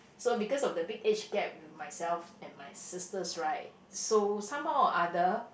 so because of the big age gap with myself and my sisters right so somehow or other